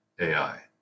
AI